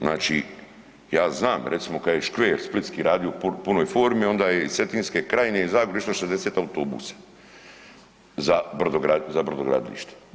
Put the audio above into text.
Znači ja znam recimo kad je Škver splitski radio u punoj formi onda je iz Cetinske krajine iz Zagore išlo 60 autobusa za brodogradilište.